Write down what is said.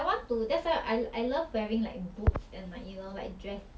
like you look overdressed you know I don't want to be overdressed so like